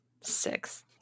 Six